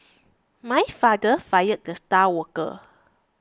my father fired the star worker